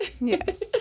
Yes